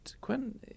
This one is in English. Quentin